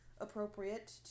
appropriate